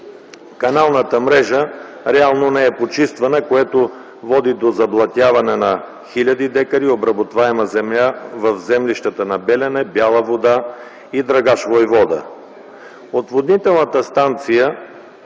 каналната мрежа реално не е почиствана, което води до заблатяване на хиляди декари обработваема земя в землищата на Белене, Бяла Вода и Драгаш войвода. Отводнителната станция